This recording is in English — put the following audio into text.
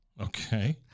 Okay